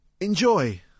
enjoy